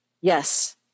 Yes